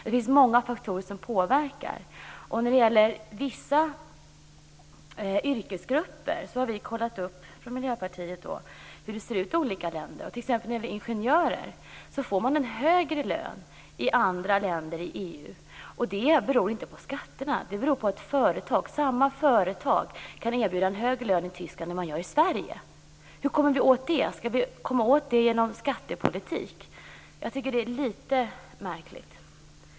Det finns många faktorer som påverkar. När det gäller vissa yrkesgrupper har vi från Miljöpartiet kollat upp hur det ser ut i olika länder. När det t.ex. gäller ingenjörer får man en högre lön i andra länder i EU. Och det beror inte på skatterna. Det beror på att företag, samma företag, kan erbjuda en högre lön i exempelvis Tyskland än man gör i Sverige. Hur kommer vi åt det? Skall vi komma åt det genom skattepolitik? Jag tycker att det är lite märkligt.